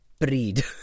breed